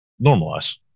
normalize